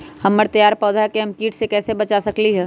हमर तैयार पौधा के हम किट से कैसे बचा सकलि ह?